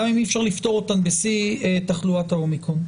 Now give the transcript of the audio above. גם אם אי אפשר לפתור אותן בשיא תחלואת ה-אומיקרון.